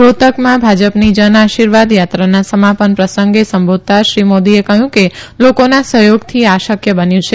રોહતકમાં ભાજપની જન આશિર્વાદ યાત્રાના સમાપન પ્રસંગે સંબોધતા શ્રી મોદીએ કહયું કે લોકોના સહયોગથી આ શકય બન્યું છે